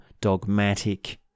dogmatic